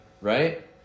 Right